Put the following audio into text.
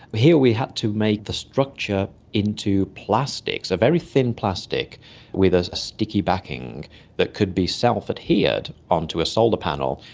here we had to make the structure into plastic, a so very thin plastic with a a sticky backing that could be self-adhered on to a solar panel.